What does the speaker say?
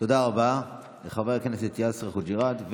רבה לחבר הכנסת יאסר חוג'יראת.